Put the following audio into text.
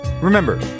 remember